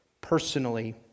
personally